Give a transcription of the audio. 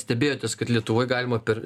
stebėjotės kad lietuvoj galima per